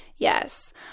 Yes